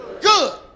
good